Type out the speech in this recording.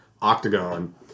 octagon